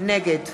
נגד